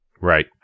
Right